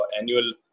annual